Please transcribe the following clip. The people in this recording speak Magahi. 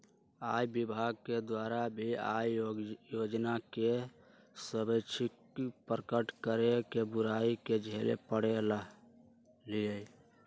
आय विभाग के द्वारा भी आय योजना के स्वैच्छिक प्रकट करे के बुराई के झेले पड़ा हलय